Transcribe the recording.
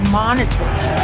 monitors